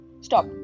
Stop